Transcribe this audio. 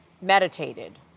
meditated